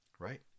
right